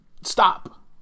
Stop